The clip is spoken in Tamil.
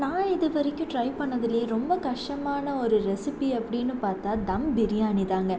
நான் இது வரைக்கும் ட்ரை பண்ணதிலேயே ரொம்ப கஷ்டமான ஒரு ரெசிபி அப்படின்னு பார்த்தா தம் பிரியாணிதாங்க